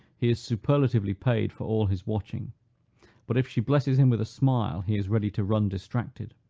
he is superlatively paid for all his watching but if she blesses him with a smile, he is ready to run distracted.